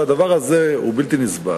הדבר הזה הוא בלתי נסבל.